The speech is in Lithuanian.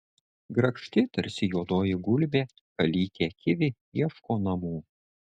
grakšti tarsi juodoji gulbė kalytė kivi ieško namų